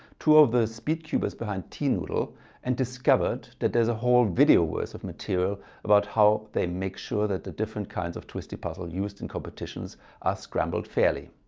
two of the speed cubers behind tnoodle and discovered that there's a whole video worth of material about how they make sure that the different kinds of twisty puzzles used in competitions are scrambled fairly.